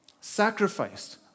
sacrificed